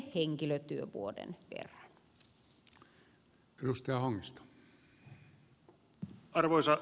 arvoisa herra puhemies